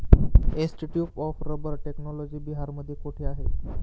Institute of rubber technology बिहारमध्ये कोठे आहे?